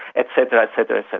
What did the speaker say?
et cetera, et cetera.